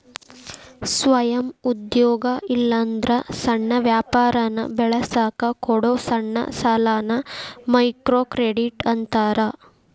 ಸ್ವಯಂ ಉದ್ಯೋಗ ಇಲ್ಲಾಂದ್ರ ಸಣ್ಣ ವ್ಯಾಪಾರನ ಬೆಳಸಕ ಕೊಡೊ ಸಣ್ಣ ಸಾಲಾನ ಮೈಕ್ರೋಕ್ರೆಡಿಟ್ ಅಂತಾರ